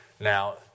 Now